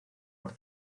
por